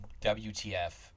WTF